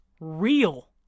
real